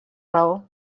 raó